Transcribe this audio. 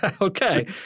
Okay